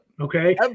Okay